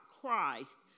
Christ